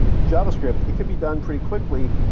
javascript, it could be done pretty quickly,